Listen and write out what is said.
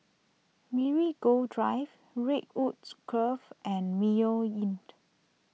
Marigold Drive Redwood's Grove and Mayo Inn